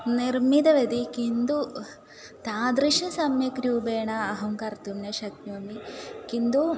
निर्मितवती किन्तु तादृशं सम्यक् रूपेण अहं कर्तुं न शक्नोमि किन्तु